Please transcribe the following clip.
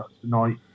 tonight